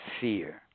fear